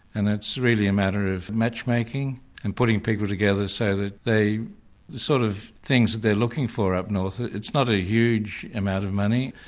and it's really a matter of matchmaking and putting people together so that they, the sort of things that they're looking for up north, it's not a huge amount of money,